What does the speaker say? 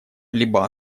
либо